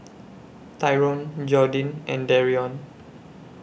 Tyron Jordin and Darrion